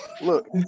Look